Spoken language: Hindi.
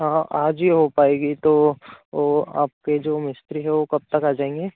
हाँ हाँ आज ही हो पाएगा तो वो आपके जो मिस्त्री है वो कब तक आ जाएंगे